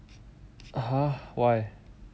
(uh huh) why